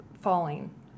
falling